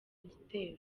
gitero